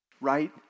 right